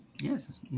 Yes